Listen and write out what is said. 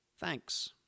Thanks